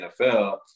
NFL